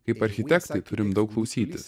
kaip architektai turim daug klausytis